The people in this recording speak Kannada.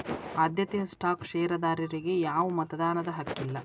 ಆದ್ಯತೆಯ ಸ್ಟಾಕ್ ಷೇರದಾರರಿಗಿ ಯಾವ್ದು ಮತದಾನದ ಹಕ್ಕಿಲ್ಲ